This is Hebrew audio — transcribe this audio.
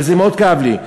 וזה מאוד כאב לי,